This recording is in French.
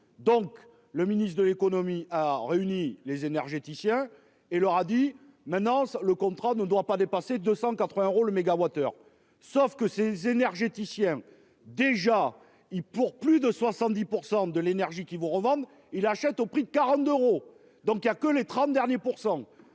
Donc le ministre de l'Économie a réuni les énergéticiens et leur a dit maintenant le contrat ne doit pas dépasser 280 euros le mégawattheure. Sauf que ces énergéticiens déjà y'pour plus de 70% de l'énergie qu'ils vous revendent il achète au prix de 40 euros. Donc il y a que les 30 derniers %, même si